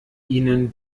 ihnen